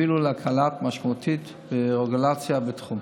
שיובילו להקלה משמעותית ברגולציה בתחום.